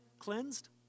cleansed